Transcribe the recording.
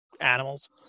animals